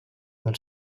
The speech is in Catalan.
del